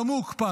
גם הוא הוקפץ,